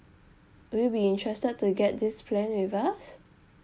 would you be interested to get this plan with us